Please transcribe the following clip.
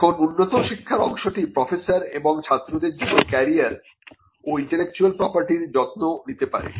এখন উন্নত শিক্ষার অংশটি প্রফেসর এবং ছাত্রদের জন্য ক্যারিয়ার ও ইন্টেলেকচুয়াল প্রপার্টির যত্ন নিতে পারে